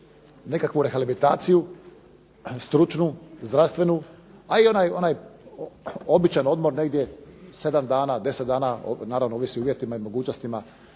nekakvu rehabilitaciju, stručnu, zdravstvenu i onaj običan odmor negdje onih 7, 10 dana ovisi o uvjetima i mogućnostima